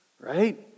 right